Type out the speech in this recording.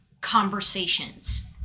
conversations